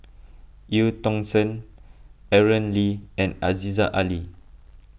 Eu Tong Sen Aaron Lee and Aziza Ali